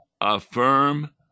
affirm